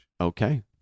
Okay